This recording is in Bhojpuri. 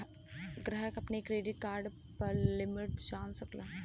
ग्राहक अपने क्रेडिट कार्ड क लिमिट जान सकलन